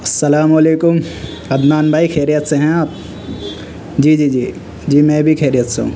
السلام علیکم عدنان بھائی خیریت سے ہیں آپ جی جی جی جی میں بھی خیریت سے ہوں